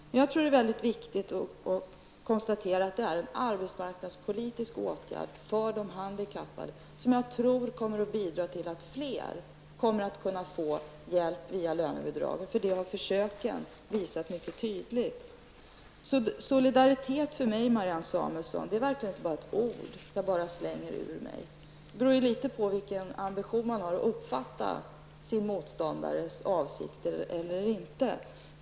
Det är mycket viktigt att konstatera att det flexibla lönebidraget är en arbetsmarknadspolitisk åtgärd för de handikappade, något som jag tror kommer att innebära att fler kommer att kunna få hjälp via lönebidraget. Det har försöken visat mycket tydligt. Solidaritet är för mig, Marianne Samuelsson, inte bara ett ord som jag slänger ur mig. Det hela är litet beroende av vilken ambition man har att uppfatta sin motståndares åsikter eller ej.